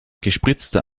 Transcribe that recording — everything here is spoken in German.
gespritzter